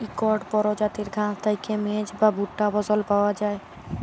ইকট পরজাতির ঘাঁস থ্যাইকে মেজ বা ভুট্টা ফসল পাউয়া যায়